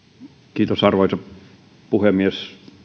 arvoisa puhemies